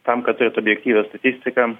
tam kad turėt objektyvią statistiką